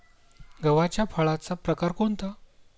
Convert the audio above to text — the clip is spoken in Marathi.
गव्हाच्या फळाचा प्रकार कोणता?